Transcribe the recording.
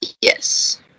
Yes